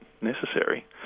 necessary